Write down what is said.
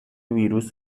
ویروس